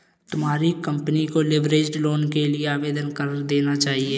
तुम्हारी कंपनी को leveraged loan के लिए आवेदन कर देना चाहिए